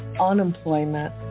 unemployment